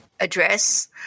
address